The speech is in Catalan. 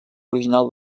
original